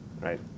right